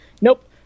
Nope